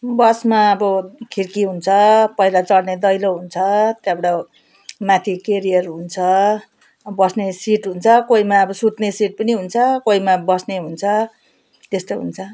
बसमा अब खिडकी हुन्छ पहिला चढ्ने दैलो हुन्छ त्यहाँबाट माथि केरियर हुन्छ अब बस्ने सिट हुन्छ कोहीमा अब सुत्ने सिट पनि हुन्छ कोहीमा बस्ने हुन्छ त्यस्तो हुन्छ